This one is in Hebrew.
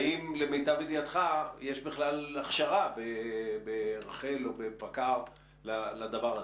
האם למיטב ידיעתך יש בכלל הכשרה ברח"ל או בפקע"ר לדבר הזה?